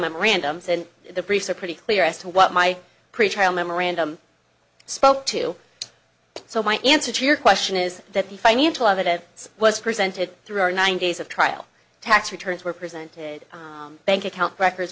memorandums and the briefs are pretty clear as to what my pretrial memorandum spoke to so my answer to your question is that the financial evidence was presented through our nine days of trial tax returns were presented bank account records